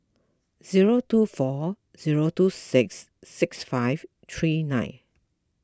zero two four zero two six six five three nine